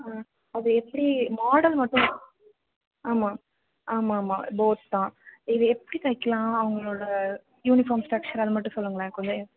ஆ அது எப்படி மாடல் மட்டும் ஆமாம் ஆமாம் ஆமாம் தான் இதை எப்படி தைக்கலாம் அவங்களோட யூனிஃபார்ம் ஸ்ட்ரக்சர் அது மட்டும் சொல்லுங்களேன் கொஞ்சம்